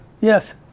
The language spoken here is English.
Yes